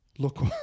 Look